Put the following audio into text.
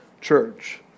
church